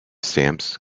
stamps